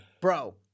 bro